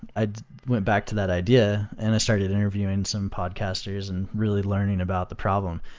i went back to that idea and i started interviewing some podcasters and really learning about the problem.